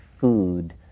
food